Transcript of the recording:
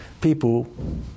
people